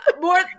more